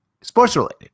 sports-related